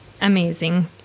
amazing